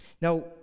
Now